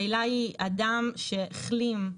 העילה היא אדם שהחלים,